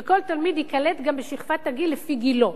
וכל תלמיד ייקלט בשכבת הגיל לפי גילו.